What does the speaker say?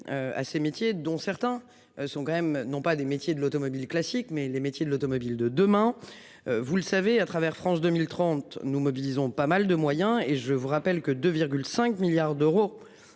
à ces métiers dont certains sont quand même non pas des métiers de l'automobile classique mais les métiers de l'automobile de demain. Vous le savez à travers. France 2030 nous mobilisons pas mal de moyens et je vous rappelle que 2 5 milliards d'euros